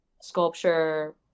sculpture